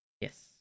Yes